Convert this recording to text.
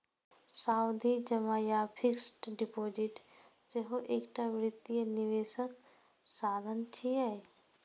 सावधि जमा अथवा फिक्स्ड डिपोजिट सेहो एकटा वित्तीय निवेशक साधन छियै